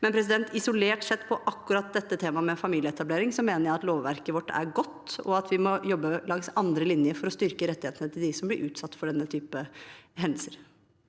videre. Men isolert sett, på akkurat dette temaet om familieetablering, mener jeg at lovverket vårt er godt, og at vi må jobbe langs andre linjer for å styrke rettighetene til dem som blir utsatt for denne type hendelser.